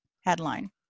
headline